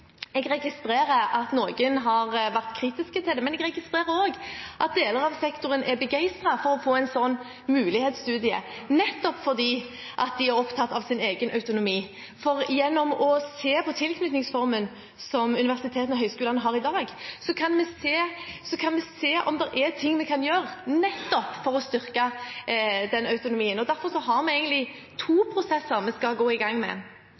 Jeg registrerer at noen har vært kritiske til det, men jeg registrerer også at deler av sektoren er begeistret for å få en sånn mulighetsstudie, nettopp fordi de er opptatt av sin egen autonomi. For gjennom å se på tilknytningsformen som universitetene og høyskolene har i dag, kan vi se om det er ting vi kan gjøre nettopp for å styrke autonomien. Derfor er det egentlig to prosesser vi skal gå i gang med: